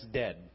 dead